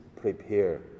prepare